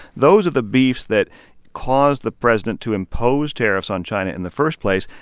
those are the beefs that caused the president to impose tariffs on china in the first place,